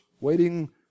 waiting